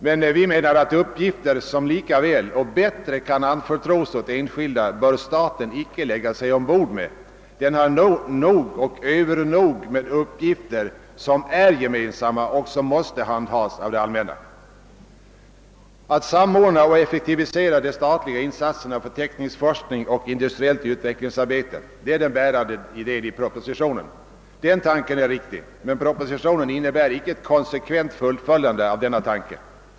Men vi menar att uppgifter som lika väl — och bättre — kan anförtros åt enskilda bör staten icke lägga sig ombord med. Den har nog och övernog med uppgifter som är gemensamma och som måste handhas av det allmänna. Att samordna och effektivisera de statliga insatserna för teknisk forskning och industriellt utvecklingsarbete är den bärande idén i propositionen och den tanken är riktig. Men propositionen innebär icke ett konsekvent fullföljande av denna tanke.